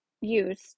use